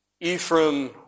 Ephraim